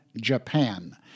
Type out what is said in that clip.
Japan